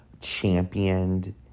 championed